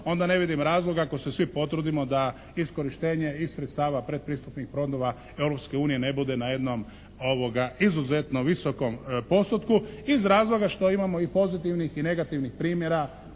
onda ne vidim razloga ako se svi potrudimo da iskorištenje i sredstava predpristupnih fonda Europske unije ne bude na jednom izuzetno visokom postotku iz razloga što imamo i pozitivnih i negativnih primjera